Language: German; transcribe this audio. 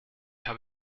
habe